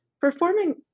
performing